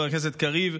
חבר הכנסת קריב,